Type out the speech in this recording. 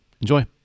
Enjoy